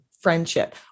friendship